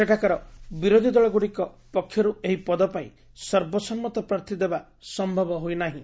ସେଠାକାର ବିରୋଧୀ ଦଳଗୁଡ଼ିକ ପକ୍ଷରୁ ଏହି ପଦ ପାଇଁ ସର୍ବସମ୍ମତ ପ୍ରାର୍ଥୀ ଦେବା ସମ୍ଭବ ହୋଇନାହିଁ